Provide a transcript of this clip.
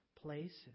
places